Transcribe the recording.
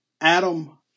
Adam